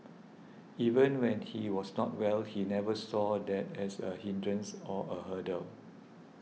even when he was not well he never saw that as a hindrance or a hurdle